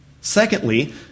Secondly